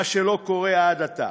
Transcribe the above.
מה שלא קורה עד עתה.